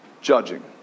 judging